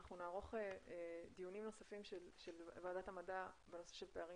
אנחנו נערוך דיונים נוספים של ועדת המדע בנושא של פערים